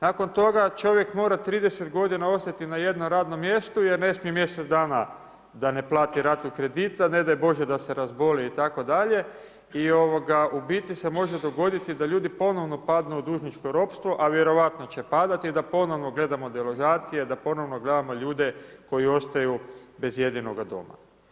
Nakon toga, čovjek mora 30 g. ostati na jednom radnom mjestu, jer ne smije mjesec dana, da ne plati ratu kredita, ne daj Bože da se razboli itd. i ovoga u biti se može dogoditi da ljudi ponovno padnu u dužničko ropstvo, a vjerojatno će padati, da ponovno gledamo deložacije, da ponovno gledamo ljude koji ostaju bez jedinoga doma.